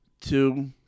two